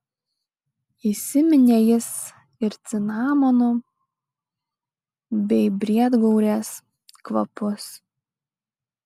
įsiminė jis ir cinamono bei briedgaurės kvapus